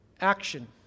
Action